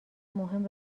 مهم